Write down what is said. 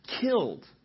killed